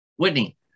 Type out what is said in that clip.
Whitney